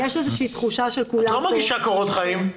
את לא מגישה קורות חיים.